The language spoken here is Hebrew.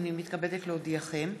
הנני מתכבדת להודיעכם,